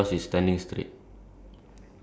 no as in it fell down on it's side